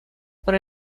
por